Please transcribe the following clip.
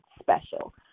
special